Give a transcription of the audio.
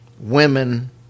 women